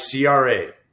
CRA